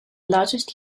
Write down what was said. largest